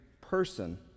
person